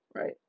right